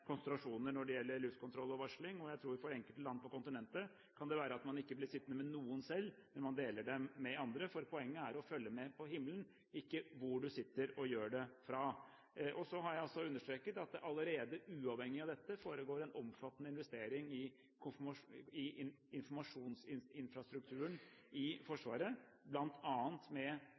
konsentrasjoner når det gjelder luftkontroll og varsling. Jeg tror at for enkelte land på kontinentet kan det være at man ikke blir sittende med noen selv, men at man deler dem med andre. Poenget er å følge med på himmelen, ikke hvor man sitter og gjør det fra. Jeg har altså understreket at det allerede, uavhengig av dette, foregår en omfattende investering i informasjonsinfrastrukturen i Forsvaret,